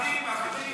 עבדים, עבדים.